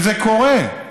וזה קורה.